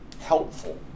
helpful